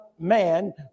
Man